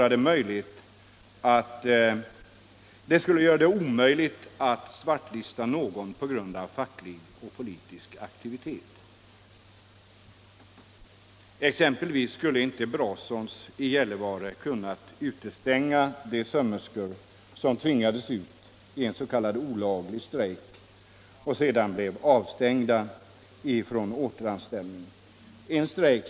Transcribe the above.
Det skulle göra det omöjligt att svartlista någon på grund av facklig eller politisk aktivitet. Om vi hade haft en sådan lag skulle exempelvis inte Brasons i Gällivare kunnat utestänga de sömmerskor som tvingades ut i en s.k. olaglig strejk och sedan blev avstängda från sina anställningar.